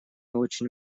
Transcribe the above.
очень